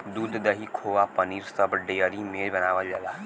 दूध, दही, खोवा पनीर सब डेयरी में बनावल जाला